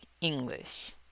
English